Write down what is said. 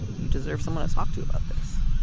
you deserve someone to talk to about this.